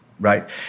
right